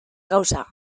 gauza